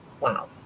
wow